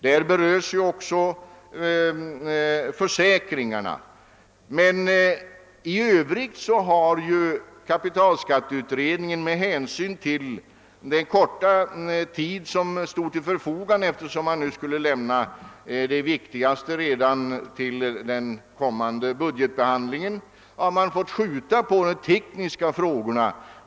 Där berörs också försäkringarna, men i Övrigt har kapitalskatteutredningen med hänsyn till den korta tid som stod till förfogande nödgats skjuta på de tekniska frågorna, eftersom det viktigaste förslaget skulle lämnas redan till den kommande budgetbehandlingen.